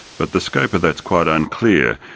but the scope of that is quite unclear,